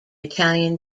italian